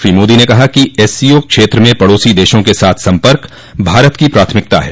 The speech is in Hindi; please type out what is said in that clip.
श्री मोदी ने कहा कि एस सीओ क्षेत्र में पड़ोसी देशों के साथ संपर्क भारत की प्राथमिकता है